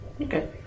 Okay